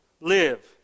live